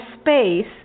space